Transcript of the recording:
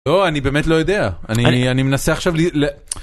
לא אני באמת לא יודע אני אני מנסה עכשיו ל...